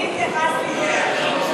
אני התייחסתי אליה.